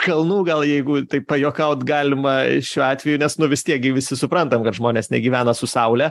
kalnų gal jeigu taip pajuokaut galima šiuo atveju nes nu vis tiek gi visi suprantam kad žmonės negyvena su saule